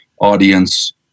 audience